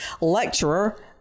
lecturer